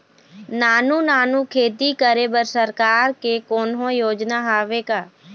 नानू नानू खेती करे बर सरकार के कोन्हो योजना हावे का?